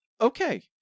okay